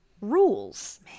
rules